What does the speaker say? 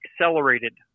accelerated